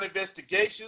investigations